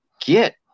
get